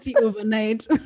overnight